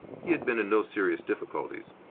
he had been in no serious difficulties.